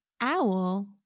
owl